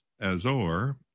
Azor